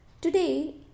Today